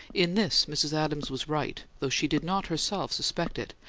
in this mrs. adams was right, though she did not herself suspect it,